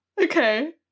okay